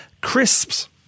crisps